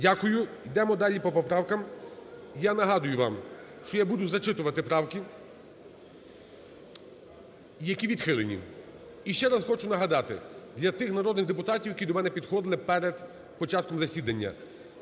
Дякую. Йдемо далі по поправкам. Я нагадую вам, що я буду зачитувати правки, які відхилені. Ще раз хочу нагадати для тих народних депутатів, які до мене підходили перед початком засідання.